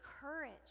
courage